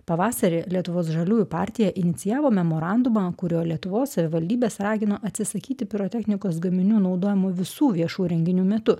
pavasarį lietuvos žaliųjų partija inicijavo memorandumą kurio lietuvos savivaldybės ragino atsisakyti pirotechnikos gaminių naudojamų visų viešų renginių metu